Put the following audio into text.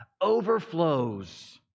overflows